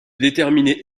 déterminer